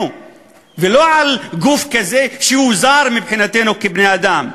ולא על גוף כזה שהוא זר מבחינתנו כבני-אדם.